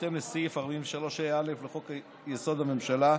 בהתאם לסעיף 43(א) לחוק-יסוד: הממשלה,